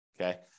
Okay